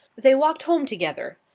they walked home together.